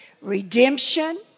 Redemption